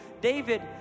David